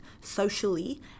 socially